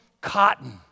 cotton